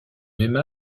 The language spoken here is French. même